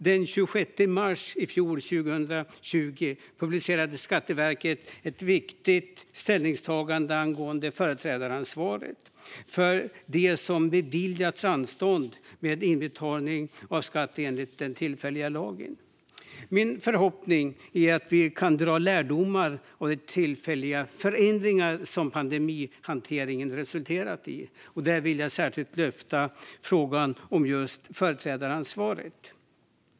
Den 26 mars 2020 publicerade Skatteverket ett viktigt ställningstagande angående företrädaransvaret för den som beviljats anstånd med inbetalning av skatt enligt den tillfälliga lagen. Min förhoppning är att vi kan dra lärdomar av de tillfälliga förändringar som pandemihanteringen har resulterat i. Jag vill här särskilt lyfta fram frågan om företrädaransvaret.